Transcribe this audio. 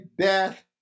death